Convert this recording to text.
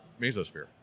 Mesosphere